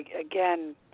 again